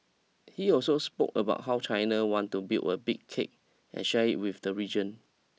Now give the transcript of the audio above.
he also spoke about how China wanted to build a 'big cake' and share it with the region